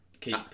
keep